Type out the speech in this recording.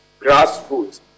grassroots